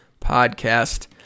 Podcast